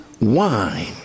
wine